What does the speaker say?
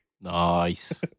Nice